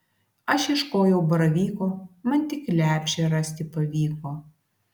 aš ieškojau baravyko man tik lepšę rasti pavyko